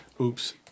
Oops